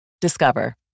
Discover